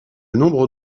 nombre